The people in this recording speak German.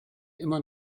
immer